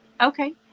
Okay